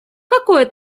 какое